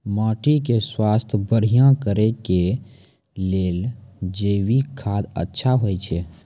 माटी के स्वास्थ्य बढ़िया करै ले जैविक खाद अच्छा होय छै?